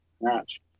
match